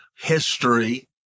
history